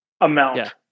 amount